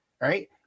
right